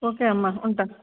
okay అమ్మ ఉంటాను